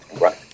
Right